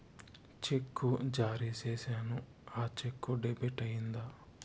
చెక్కు జారీ సేసాను, ఆ చెక్కు డెబిట్ అయిందా